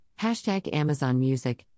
AmazonMusic